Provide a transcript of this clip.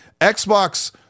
Xbox